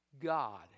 God